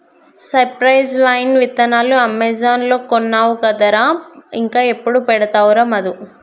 cypress vine విత్తనాలు Amazon లో కొన్నావు కదరా ఇంకా ఎప్పుడు పెడతావురా మధు